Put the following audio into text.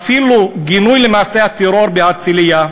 אין אפילו גינוי למעשה הטרור בהרצליה,